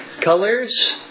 colors